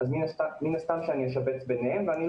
גם בזה